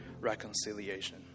reconciliation